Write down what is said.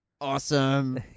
awesome